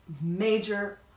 major